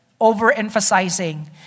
overemphasizing